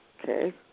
Okay